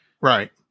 Right